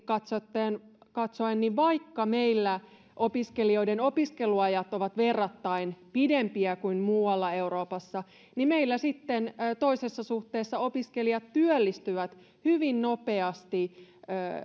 katsoen vaikka meillä opiskelijoiden opiskeluajat ovat verrattain pidempiä kuin muualla euroopassa niin meillä sitten toisessa suhteessa opiskelijat työllistyvät hyvin nopeasti